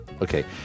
Okay